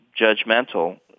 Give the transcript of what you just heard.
judgmental